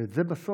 ואת זה בסוף,